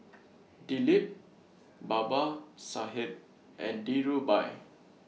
Dilip Babasaheb and Dhirubhai